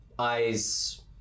Eyes